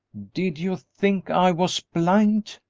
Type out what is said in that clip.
did you think i was blind?